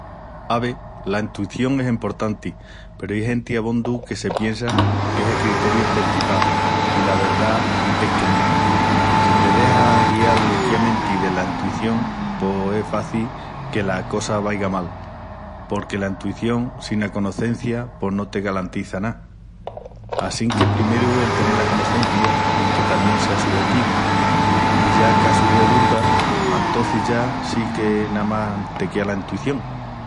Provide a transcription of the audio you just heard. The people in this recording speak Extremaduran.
Ave, la entuición es emportanti peru ai genti abondu que se piensa que es el criteriu prencipal i la verdá es que no. Si te dexas guial liquiamenti dela entuición pos es faci que la cosa vaiga mal, porque la entuición sina conocencia pos no te galantiza ná. Assinque primeru el tenel la conocencia, enque tamién sea sujetivu, i ya casu de dulda, antocis ya sí que namás te quea la entuición.